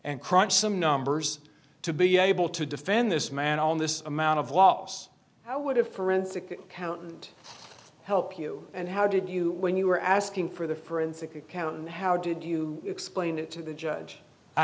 and crunch some numbers to be able to defend this man on this amount of loss how would have forensic accountant help you and how did you when you were asking for the forensic accountant how did you explain it to the judge